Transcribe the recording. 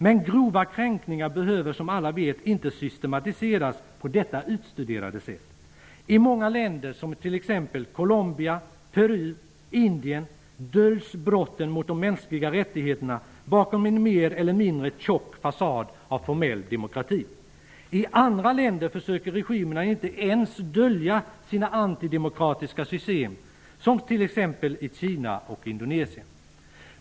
Men grova kränkningar behöver som alla vet inte systematiseras på detta utstuderade sätt. I många länder, som Colombia, Peru och Indien, döljs brotten mot de mänskliga rättigheterna bakom en mer eller mindre tjock fasad av formell demokrati. I andra länder försöker regimerna inte ens dölja sina antidemokratiska system, t.ex. i Kina och i Indonesien.